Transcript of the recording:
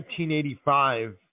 1985